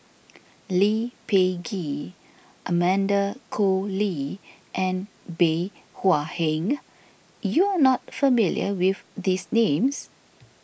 Lee Peh Gee Amanda Koe Lee and Bey Hua Heng you are not familiar with these names